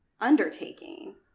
undertaking